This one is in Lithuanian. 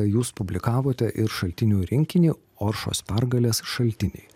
jūs publikavote ir šaltinių rinkinį oršos pergalės šaltiniai